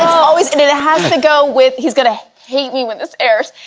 always and it has to go with he's gonna hate me when this airs,